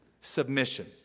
Submission